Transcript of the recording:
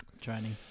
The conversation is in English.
training